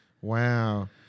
Wow